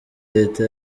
leta